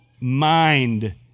mind